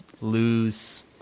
lose